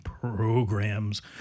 programs